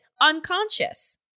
unconscious